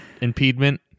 impediment